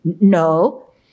No